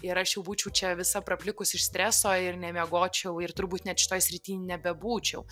ir aš jau būčiau čia visa praplikus iš streso ir nemiegočiau ir turbūt net šitoj srity nebebūčiau